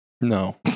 No